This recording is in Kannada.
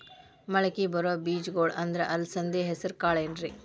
ಮಳಕಿ ಬರೋ ಬೇಜಗೊಳ್ ಅಂದ್ರ ಅಲಸಂಧಿ, ಹೆಸರ್ ಕಾಳ್ ಏನ್ರಿ?